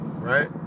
Right